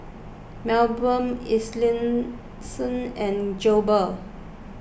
Milburn Ellison and Goebel